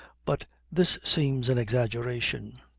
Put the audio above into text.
but this seems an exaggeration.